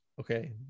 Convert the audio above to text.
okay